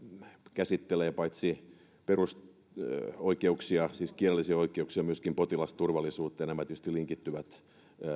käsittelee paitsi perusoikeuksia siis kielellisiä oikeuksia niin myöskin potilasturvallisuutta ja nämä tietysti linkittyvät